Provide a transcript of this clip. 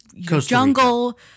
jungle